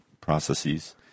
processes